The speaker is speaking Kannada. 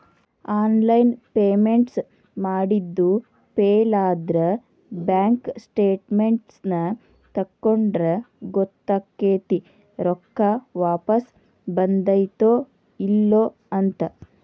ಆನ್ಲೈನ್ ಪೇಮೆಂಟ್ಸ್ ಮಾಡಿದ್ದು ಫೇಲಾದ್ರ ಬ್ಯಾಂಕ್ ಸ್ಟೇಟ್ಮೆನ್ಸ್ ತಕ್ಕೊಂಡ್ರ ಗೊತ್ತಕೈತಿ ರೊಕ್ಕಾ ವಾಪಸ್ ಬಂದೈತ್ತೋ ಇಲ್ಲೋ ಅಂತ